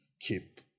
keep